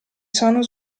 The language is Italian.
sono